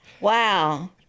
Wow